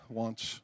wants